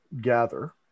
gather